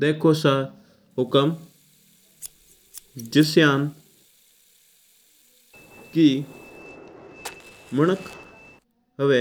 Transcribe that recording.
देखो सा हुकम जिस्यान की मिनाक हुआ